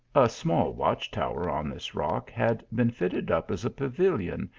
a small watch tower on this rock had been fitted up as a pavilion,